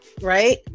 right